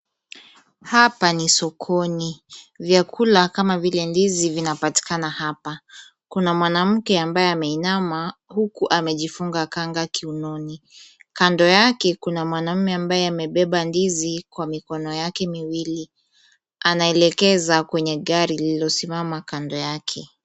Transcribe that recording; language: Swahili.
Hapa ni sokoni. Vyakula kama vile ndizi vinapatikana hapa. Kuna mwanamke ambaye ameinama huku amechifunga kanga kiunoni. Kando yake kuna mwanaume ambaye amebeba ndizi kwa mikono yake miwili. Anaelekeza kwenye gari lililo kando yake.